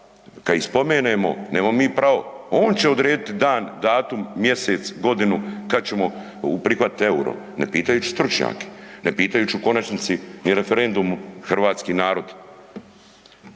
kad ih spomenemo nemamo mi pravo on će odrediti dan, datum, mjesec, godinu kad ćemo prihvatiti EUR-o, ne pitajući stručnjake, ne pitajući u konačnici ni referendumom hrvatski narod.